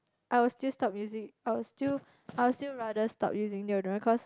I will still stop using I will still I will still rather stop using deodorant cause